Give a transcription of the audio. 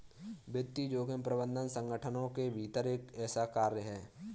वित्तीय जोखिम प्रबंधन संगठनों के भीतर एक ऐसा कार्य है